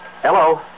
Hello